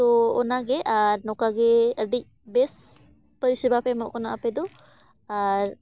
ᱛᱳ ᱚᱱᱟᱜᱮ ᱟᱨ ᱱᱚᱠᱟ ᱜᱮ ᱟᱹᱰᱤ ᱵᱮᱥ ᱯᱚᱨᱤᱥᱮᱵᱟ ᱯᱮ ᱮᱢᱚᱜ ᱠᱟᱱᱟ ᱟᱯᱮ ᱫᱚ ᱟᱨ